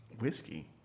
whiskey